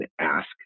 ask